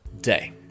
day